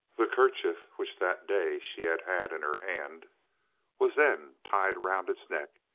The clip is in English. the kerchief which that day she had had in her hand was then tied round its neck,